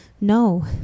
No